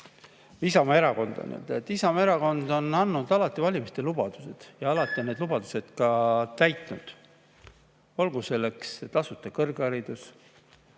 Isamaa Erakond on andnud alati valimislubadusi ja alati on need lubadused ka täitnud, olgu selleks tasuta kõrgharidus,